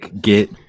get